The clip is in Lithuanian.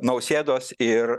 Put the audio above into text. nausėdos ir